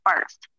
first